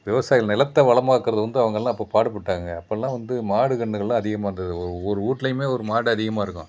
விவசாயிகள் நிலத்தை வளமாக்குறது வந்து அவங்கள்லாம் அப்போ பாடுபட்டாங்கள் அப்பெல்லாம் வந்து மாடு கன்னுகள்லாம் அதிகமாக இருந்தது ஒவ்வொரு வீட்லையுமே ஒரு மாடு அதிகமாக இருக்கும்